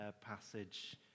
passage